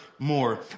more